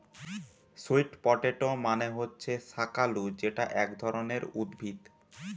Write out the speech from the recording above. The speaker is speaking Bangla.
স্যুট পটেটো মানে হচ্ছে শাকালু যেটা এক ধরণের উদ্ভিদ